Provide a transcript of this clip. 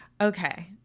okay